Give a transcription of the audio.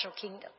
kingdom